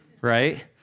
right